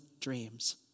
dreams